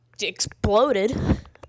exploded